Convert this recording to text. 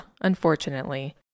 unfortunately